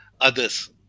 others